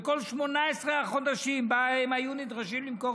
וכל 18 החודשים שבהם הם נדרשו למכור